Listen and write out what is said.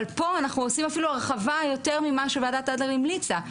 אבל פה אנחנו עושים אפילו הרחבה יותר ממה שוועדת אדלר המליצה.